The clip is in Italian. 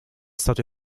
stato